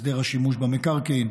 הסדר השימוש במקרקעין,